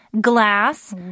glass